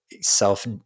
self